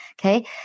okay